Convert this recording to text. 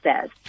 says